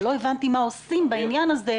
אבל לא הבנתי מה עושים בעניין הזה,